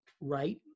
right